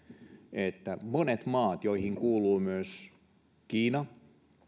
että monet maat joihin kuuluvat myös kiina